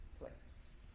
place